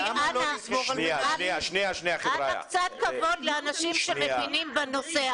אנא קצת כבוד לאנשים שמבינים בנושא,